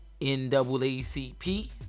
NAACP